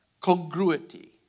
congruity